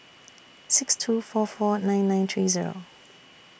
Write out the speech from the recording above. six two four four nine nine three Zero